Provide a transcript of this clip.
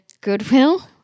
Goodwill